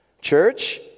Church